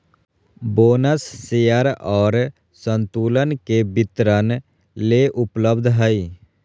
bonus share और संतुलन के वितरण ले उपलब्ध हइ